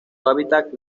hábitat